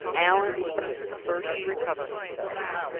allan was the first to recover himself.